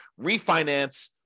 refinance